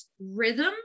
rhythm